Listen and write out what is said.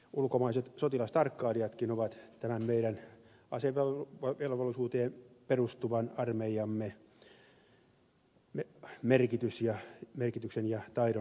ulkomaiset sotilastarkkailijatkin ovat tämän meidän asevelvollisuuteen perustuvan armeijamme merkityksen ja taidon huomanneet